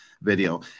video